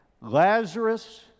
lazarus